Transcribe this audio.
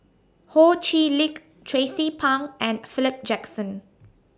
Ho Chee Lick Tracie Pang and Philip Jackson